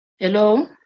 Hello